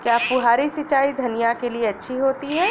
क्या फुहारी सिंचाई धनिया के लिए अच्छी होती है?